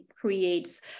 creates